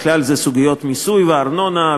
בכלל זה סוגיות מיסוי וארנונה,